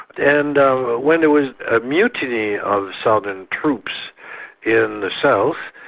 and when there was a mutiny of southern troops in the south,